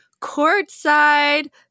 courtside